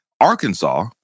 Arkansas